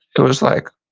it was like,